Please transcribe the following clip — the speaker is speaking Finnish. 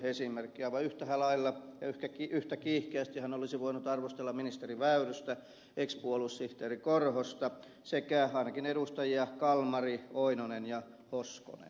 aivan yhtä lailla ja yhtä kiihkeästi hän olisi voinut arvostella ministeri väyrystä ex puoluesihteeri korhosta sekä ainakin edustajia kalmari oinonen ja hoskonen